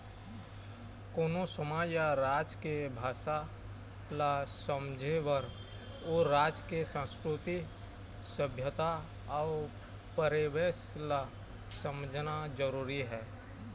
कोनो समाज या राज के भासा ल समझे बर ओ राज के संस्कृति, सभ्यता अउ परिवेस ल समझना जरुरी हे